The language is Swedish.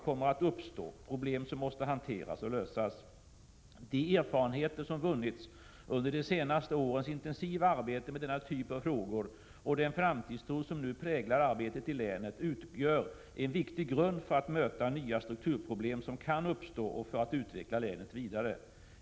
1986/87:33 problem som måste hanteras och lösas. De erfarenheter som vunnits under 21 november 1986 de senaste årens intensiva arbete med denna typ av frågor och den = 20 a a framtidstro som nu präglar arbetet i länet utgör en viktig grund för att möta nya strukturproblem som kan uppstå och för att utveckla länet vidare.